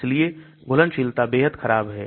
इसलिए घुलनशीलता बेहद खराब है